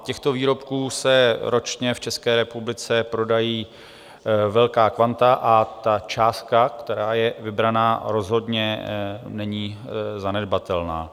Těchto výrobků se ročně v České republice prodají velká kvanta a částka, která je vybrána, rozhodně není zanedbatelná.